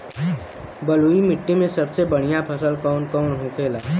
बलुई मिट्टी में सबसे बढ़ियां फसल कौन कौन होखेला?